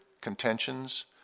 contentions